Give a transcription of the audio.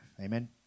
amen